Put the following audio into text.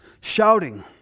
shouting